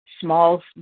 small